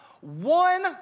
one